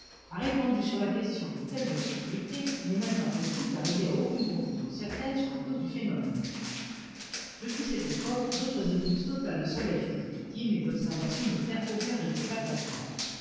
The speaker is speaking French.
a répandu sur la question de telles obscurités qu'il n'est maintenant possible d'arriver à aucune conclusion certaine sur la cause du phénomène depuis cette époque d'autres éclipses totales de soleil furent étudiées mais les observations n'obtinrent aucun résultat concluant